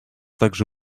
также